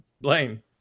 Blaine